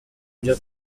byo